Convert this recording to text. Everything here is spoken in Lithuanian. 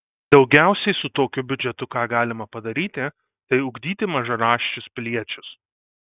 daugiausiai su tokiu biudžetu ką galima padaryti tai ugdyti mažaraščius piliečius